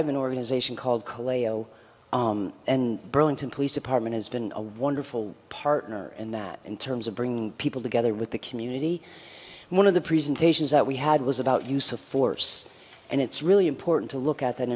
have an organization called calais o and burlington police department has been a wonderful partner and that in terms of bringing people together with the community one of the presentations that we had was about use of force and it's really important to look at that